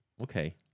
Okay